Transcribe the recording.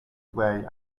way